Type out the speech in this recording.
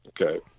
Okay